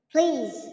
Please